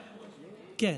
כן.